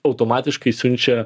automatiškai siunčia